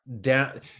down